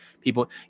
people